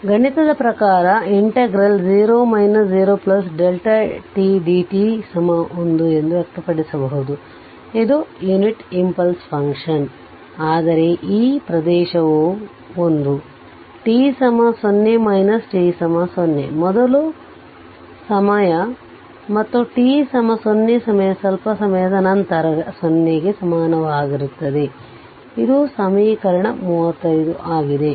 ಇದು ಗಣಿತದ ಪ್ರಕಾರ 0 0tdt 1 ಎಂದು ವ್ಯಕ್ತಪಡಿಸಬಹುದು ಇದು ಯುನಿಟ್ ಇಂಪಲ್ಸ್ ಫಂಕ್ಷನ್ ಆದರೆ ಈ ಪ್ರದೇಶವು 1 t 0 t 0 ಮೊದಲು ಸಮಯ ಮತ್ತು t 0 ಸಮಯ ಸ್ವಲ್ಪ ಸಮಯದ ನಂತರ 0 ಗೆ ಸಮನಾಗಿರುತ್ತದೆ ಇದು ಸಮೀಕರಣ 35 ಆಗಿದೆ